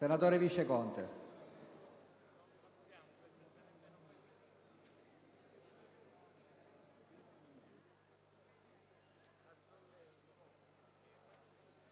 Senatore Viceconte,